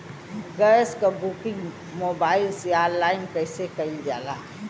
Gas क booking mobile से online कईसे कईल जाला?